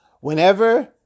whenever